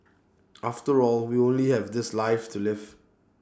after all we only have this life to live